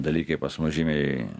dalykai pas mus žymiai